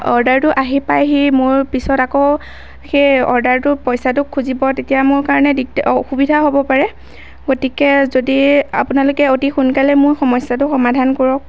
অৰ্ডাৰটো আহি পায়হি মোৰ পিছত আকৌ সেই অৰ্ডাৰটোৰ পইচাটো খুজিব তেতিয়া মোৰ কাৰণে দিগদাৰ অসুবিধা হ'ব পাৰে গতিকে যদি আপোনালোকে অতি সোনকালে মোৰ সমস্যাটো সমাধান কৰক